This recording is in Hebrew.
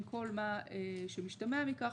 עם כל מה שמשתמע מכך.